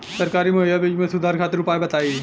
सरकारी मुहैया बीज में सुधार खातिर उपाय बताई?